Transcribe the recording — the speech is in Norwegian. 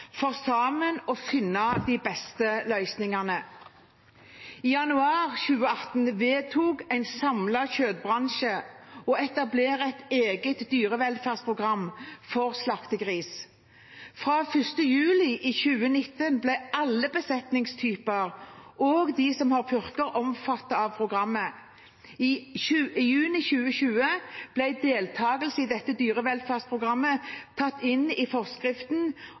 for sammen å finne de beste løsningene. I januar 2018 vedtok en samlet kjøttbransje å etablere et eget dyrevelferdsprogram for slaktegris. Fra 1. juli 2019 ble alle besetningstyper, også de som har purker, omfattet av programmet. I juni 2020 ble deltakelse i dette dyrevelferdsprogrammet tatt inn i forskriften